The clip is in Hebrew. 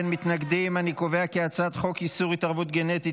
ההצעה להעביר את הצעת חוק איסור התערבות גנטית